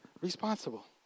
responsible